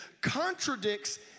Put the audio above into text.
contradicts